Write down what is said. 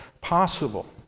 possible